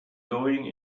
going